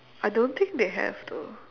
I don't think they have though